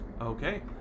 Okay